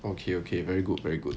okay okay very good very good